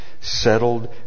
settled